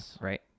right